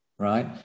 right